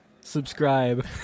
Subscribe